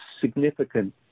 significant